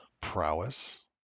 Prowess